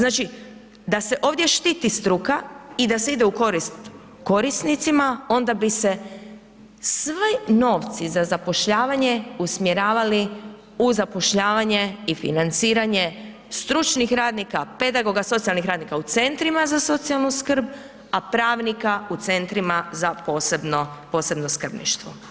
Znači da se ovdje štiti struka i da se ide u korist korisnicima onda bi se svi novci za zapošljavanje usmjeravali u zapošljavanje i financiranje stručnih radnika, pedagoga, socijalnih radnika u centrima za socijalnu skrb, a pravnika u centrima za posebno skrbništvo.